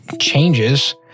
changes